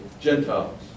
Gentiles